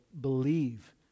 believe